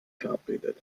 verabredet